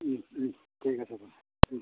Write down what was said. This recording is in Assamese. ঠিক আছে বাৰু